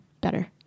better